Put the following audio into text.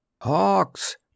Hawks